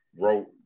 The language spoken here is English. wrote